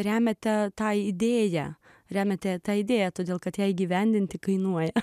remiate tą idėją remiate tą idėją todėl kad ją įgyvendinti kainuoja